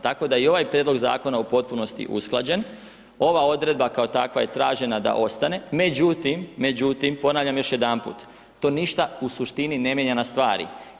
Tako da je i ovaj prijedlog zakona u potpunosti usklađen, ova odredba kao takva je tražena da ostane, međutim, međutim ponavljam još jedanput, to ništa u suštini ne mijenja na stvari.